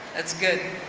that's good.